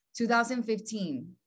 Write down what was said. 2015